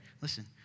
Listen